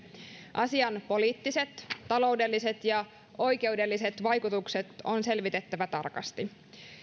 asian poliittiset taloudelliset ja oikeudelliset vaikutukset on selvitettävä tarkasti